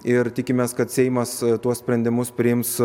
ir tikimės kad seimas tuos sprendimus priims